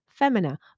Femina